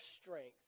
strength